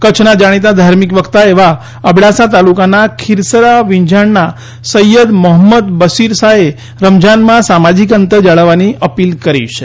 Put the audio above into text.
કચ્છના જાણીતા ધાર્મિક વક્તા એવા અબડાસા તાલુકાનાં ખીરસરા વીંઝાણના સૈયદ મોહમ્મદ બશીરશાએ રમજાનમાં સામાજિક અંતર જાળવવાની અપીલ કરી છે